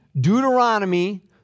Deuteronomy